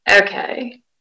Okay